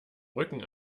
rücken